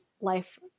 life